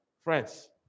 friends